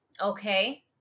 Okay